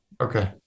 Okay